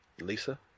Lisa